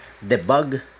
debug